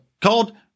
called